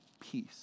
peace